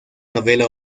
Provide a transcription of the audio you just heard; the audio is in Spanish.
novela